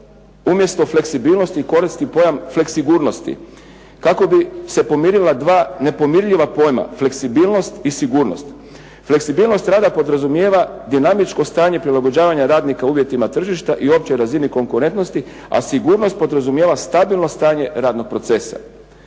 umjesto fleksibilnosti, koristi pojam fleksigurnosti, kako bi se pomirila dva nepomirljiva pojma fleksibilnost i sigurnost. Fleksibilnost rada podrazumijeva dinamičko stanje prilagođava radnika uvjetima tržišta i općoj razini konkurentnosti, a sigurnost podrazumijeva stabilno stanje radnog procesa.